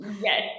Yes